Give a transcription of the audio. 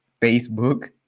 Facebook